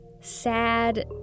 sad